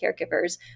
caregivers